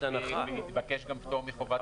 ביקשנו פטור מחובת הנחה.